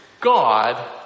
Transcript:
God